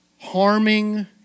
harming